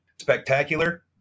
spectacular